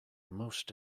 most